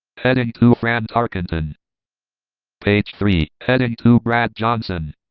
heading two, fran tarkenton page three, heading two, brad johnson